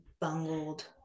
bungled